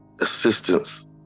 assistance